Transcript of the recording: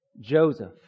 Joseph